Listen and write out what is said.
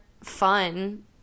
fun